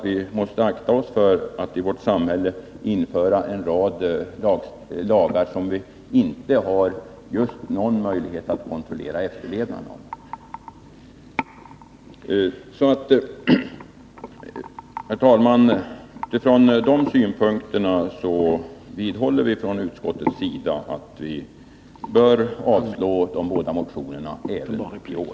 Vi måste akta oss för att införa en rad lagar som vi inte har tillräckliga möjligheter att kontrollera efterlevnaden av. Herr talman! Utifrån de synpunkterna vidhåller vi från utskottets sida att riksdagen bör avslå de båda motionerna även i år.